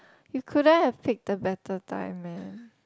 you couldn't have picked the better time man